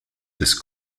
des